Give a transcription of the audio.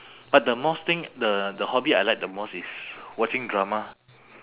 but the most thing the the hobby I like the most is watching drama